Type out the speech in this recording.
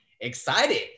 excited